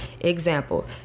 Example